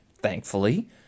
thankfully